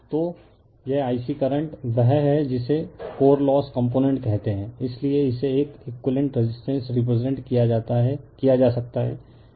तो यह I c current वह है जिसे कोर लॉस कंपोनेंट कहते हैं इसलिए इसे एक एकुइवेलेंट रेसिस्टेंस रिप्रेसेंट किया जा सकता है